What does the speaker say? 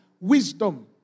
wisdom